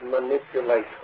manipulation